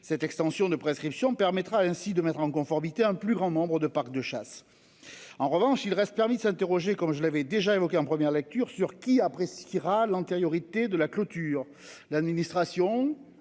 cette extension de prescription permettra ainsi de mettre en conformité, un plus grand nombre de parcs de chasse. En revanche il reste permis de s'interroger comme je l'avais déjà évoquée en première lecture sur qui appréciera l'antériorité de la clôture, l'administration,